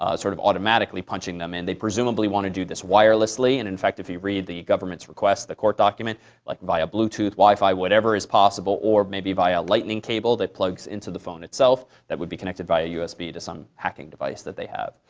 ah sort of automatically punching them, and they presumably want to do this wirelessly. and in fact, if you read the government's request the court document like via bluetooth, wi-fi, whatever is possible or maybe via lightning cable that plugs into the phone itself that would be connected via usb to some hacking device that they have.